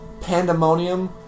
Pandemonium